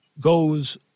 goes